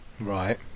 Right